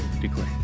declare